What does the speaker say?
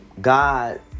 God